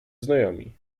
znajomi